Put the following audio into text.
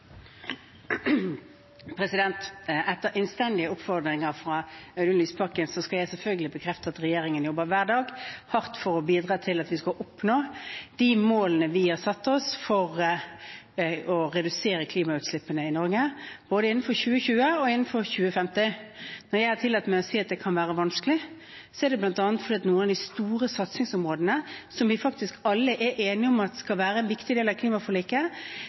Etter innstendige oppfordringer fra Audun Lysbakken skal jeg selvfølgelig bekrefte at regjeringen jobber hardt hver dag for å bidra til at vi skal oppnå de målene vi har satt oss for å redusere klimautslippene i Norge, både innen 2020 og innen 2050. Når jeg har tillatt meg å si at det kan være vanskelig, er det bl.a. fordi noen av de store satsingsområdene, som vi faktisk alle er enige om at skal være en viktig del av klimaforliket,